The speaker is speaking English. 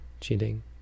cheating